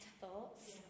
thoughts